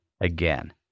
again